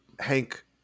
Hank